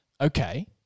okay